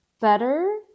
better